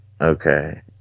okay